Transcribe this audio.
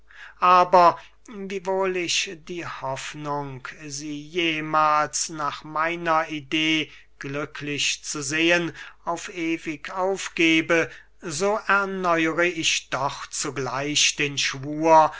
aber wiewohl ich die hoffnung sie jemahls nach meiner idee glücklich zu sehen auf ewig aufgebe so erneuere ich doch zugleich den schwur